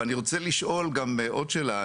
אבל אני רוצה לשאול גם עוד שאלה.